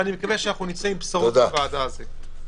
ואני מקווה שאנחנו נצא עם בשורות מהוועדה הזאת.